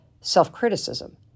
self-criticism